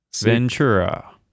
Ventura